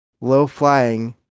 low-flying